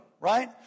right